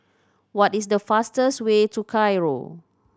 what is the fastest way to Cairo